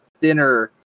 thinner